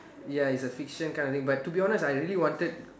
ya it's a fiction kind of thing but to be honest I really wanted